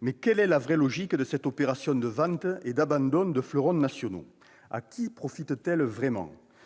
Mais quelle est la vraie logique de cette opération de vente et d'abandon de fleurons nationaux ? À qui profite-t-elle vraiment ?